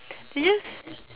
you just